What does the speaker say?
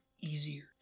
easier